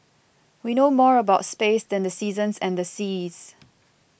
we know more about space than the seasons and the seas